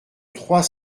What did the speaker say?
trois